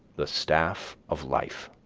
the staff of life.